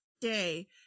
day